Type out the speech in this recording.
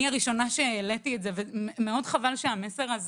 אני הראשונה שהעליתי את זה ומאוד חבל שהמסר הזה